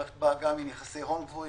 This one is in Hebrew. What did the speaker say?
המערכת באה גם עם יחסי הון גבוהים.